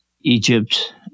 Egypt